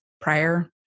prior